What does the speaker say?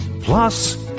Plus